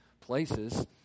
places